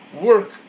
work